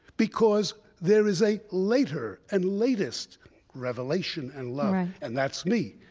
because there is a later and latest revelation and love and that's me.